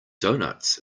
donuts